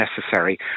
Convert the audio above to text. necessary